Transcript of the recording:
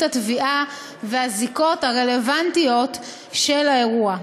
התביעה והזיקות הרלוונטיות של האירוע.